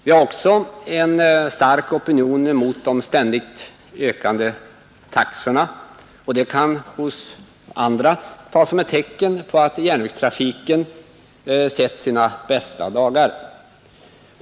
Vi har också en stark opinion mot de ständigt ökande taxorna, och det kan hos andra tas som ett tecken på att järnvägstrafiken sett sina bästa dagar.